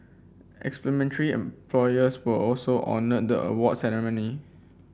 employers were also honoured the award ceremony